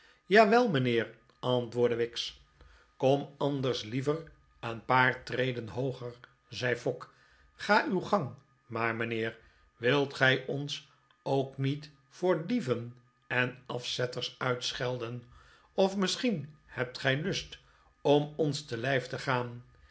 jawel mijnheer antwoordde wicks kom anders liever een paar treden hooger zei fogg ga uw gang maar mijnheer wilt gij ons ook niet voor dieven en afzetters uitschelden of misschien hebt gij lust om ons te lijf te gaan